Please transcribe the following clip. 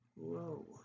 Whoa